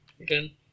again